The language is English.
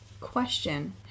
Question